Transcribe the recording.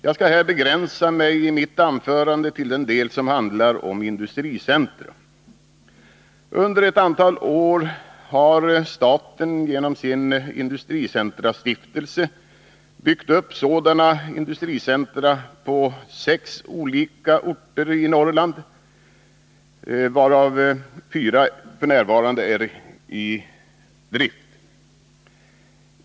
Jag skall i mitt anförande begränsa mig till den del som handlar om industricentra. Under ett antal år har staten genom sin industricentrastiftelse byggt upp sådana industricentra på sex olika orter i Norrland, av vilka fyra f. n. är i drift.